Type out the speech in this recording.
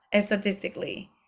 statistically